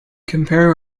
compare